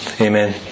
Amen